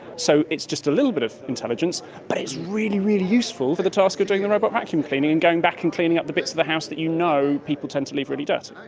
so it's just a little bit of intelligence but it's really, really useful for the task of doing the robot vacuum cleaning and going back and cleaning up the bits of the house that you know people tend to leave really dirty.